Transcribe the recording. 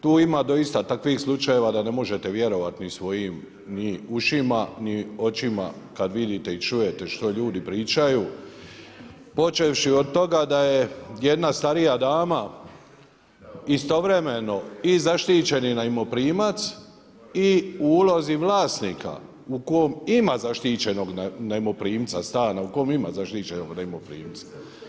Tu ima doista takvih slučajeva da ne možete vjerovat ni svojim ušima ni očima kada vidite i čujete šta ljudi pričaju, počevši od toga da je jedna starija dama istovremen o i zaštićeni najmoprimac i u ulozi vlasnika u kojem ima zaštićenog najmoprimca stana u kom ima zaštićenog najmoprimca.